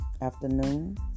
afternoon